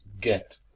get